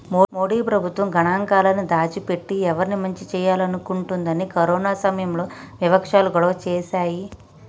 మోడీ ప్రభుత్వం గణాంకాలను దాచి పెట్టి ఎవరికి మంచి చేయాలనుకుంటుందని కరోనా సమయంలో వివక్షాలు గొడవ చేశాయి